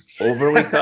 overly